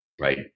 right